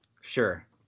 Sure